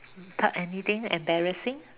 talk anything embarrassing